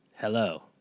Hello